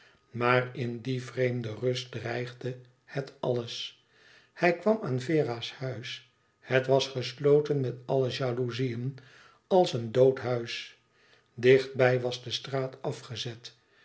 maar in die vreemde rust dreigde het alles hij kwam aan vera's huis het was gesloten met alle jalouzieën als een dood huis dichtbij was de straat afgezet